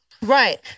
Right